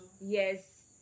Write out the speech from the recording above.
yes